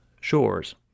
Shores